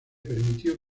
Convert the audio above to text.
permitió